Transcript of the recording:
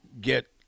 get